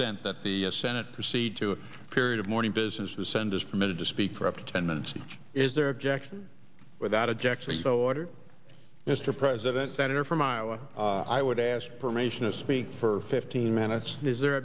consent that the senate proceed to a period of mourning businesses send is permitted to speak for up to ten minutes is their objection without objection bowater mr president senator from iowa i would ask permission to speak for fifteen minutes that is their